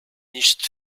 nicht